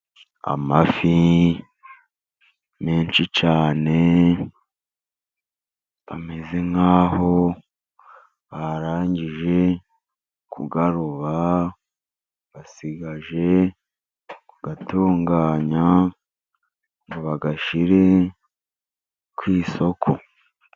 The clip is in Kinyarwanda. Amafi menshi cyane, bameze nk'aho barangije kuyaroba, basigaje kuyatunganya ngo bayashyire ku isoko.